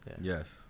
Yes